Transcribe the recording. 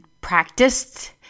practiced